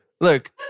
Look